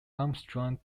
armstrong